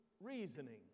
Reasoning